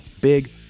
big